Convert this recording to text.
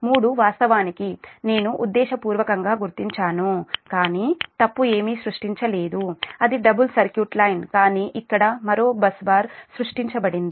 3 వాస్తవానికి నేను ఉద్దేశపూర్వకంగా గుర్తించాను కాని తప్పు ఏమీ సృష్టించలేదు అది డబుల్ సర్క్యూట్ లైన్ కానీ ఇక్కడ మరో బస్ బార్ సృష్టించబడింది